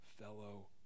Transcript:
fellow